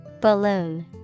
Balloon